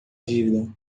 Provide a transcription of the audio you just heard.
dívida